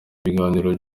ibiganiro